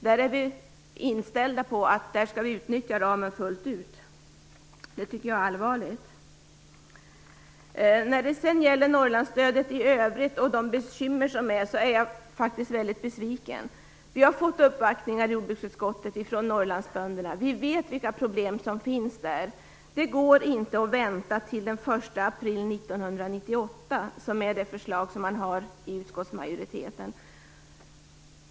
Där är vi inställda på att utnyttja ramen fullt ut. Detta är allvarligt. När det sedan gäller Norrlandsstödet i övrigt och de bekymmer som finns är jag faktiskt väldigt besviken. Jordbruksutskottet har uppvaktats av Norrlandsbönderna, och känner till vilka problem de har. Det går inte att vänta till den första april 1998, som utskottsmajoritetens förslag innebär.